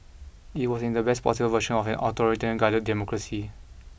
it was and is the best possible version of an authoritarian guided democracy